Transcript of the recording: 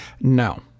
No